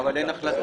אבל עוד אין החלטה.